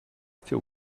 restés